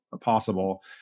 possible